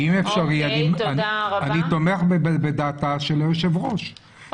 אני תומך בדעתה של היושבת-ראש, לגבי השלושה ימים.